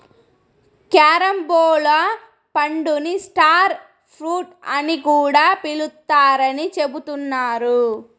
carambola పండుని star fruit అని కూడా పిలుత్తారని చెబుతున్నారు